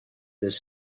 this